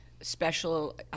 special